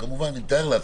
וכמובן שאני מתאר לעצמי,